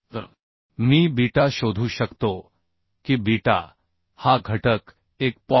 तर मी बीटा शोधू शकतो की बीटा हा घटक 1